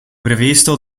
previsto